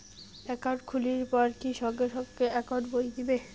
Account খুলির পর কি সঙ্গে সঙ্গে একাউন্ট বই দিবে?